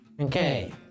Okay